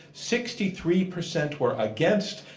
sixty three percent were against,